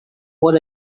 what